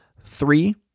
Three